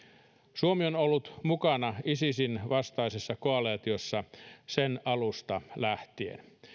suomi on ollut mukana isisin vastaisessa koalitiossa sen alusta lähtien